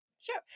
Sure